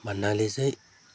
भन्नाले चाहिँ